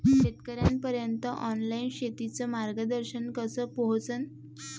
शेतकर्याइपर्यंत ऑनलाईन शेतीचं मार्गदर्शन कस पोहोचन?